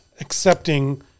accepting